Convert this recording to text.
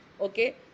Okay